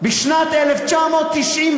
בשנת 1994,